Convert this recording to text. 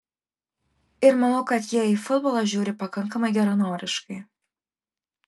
ir manau kad jie į futbolą žiūri pakankamai geranoriškai